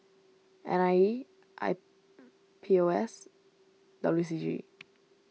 N I E I P O S W C G